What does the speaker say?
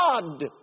God